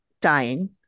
dying